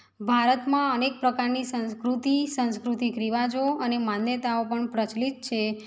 ભારતમાં અનેક પ્રકારની સંસ્કૃતિ સાંસ્કૃતિક રિવાજો અને માન્યતાઓ પણ પ્રચલિત છે